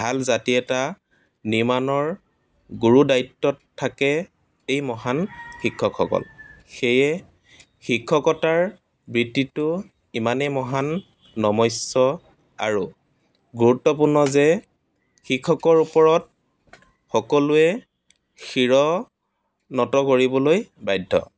ভাল জাতি এটা নিৰ্মাণৰ গুৰু দ্বায়িত্বত থাকে এই মহান শিক্ষকসকল সেয়ে শিক্ষকতাৰ বৃত্তিটো ইমানে মহান নমস্য আৰু গুৰুত্বপূৰ্ণ যে শিক্ষকৰ ওপৰত সকলোৱে শিৰ নত কৰিবলৈ বাধ্য